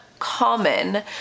Common